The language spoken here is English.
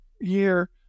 year